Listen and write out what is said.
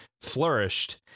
flourished